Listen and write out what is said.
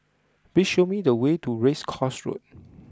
please show me the way to Race Course Road